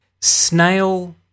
Snail